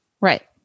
Right